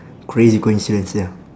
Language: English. crazy coincidence ya